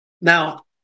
Now